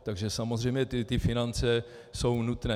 Takže samozřejmě finance jsou nutné.